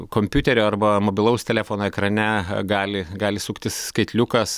kompiuterio arba mobilaus telefono ekrane gali gali suktis skaitliukas